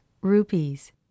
rupees